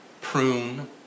prune